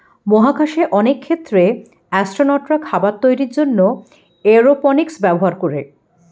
মহাকাশে অনেক ক্ষেত্রে অ্যাসট্রোনটরা খাবার তৈরির জন্যে এরওপনিক্স ব্যবহার করে